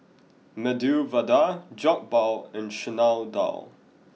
Medu Vada Jokbal and Chana Dal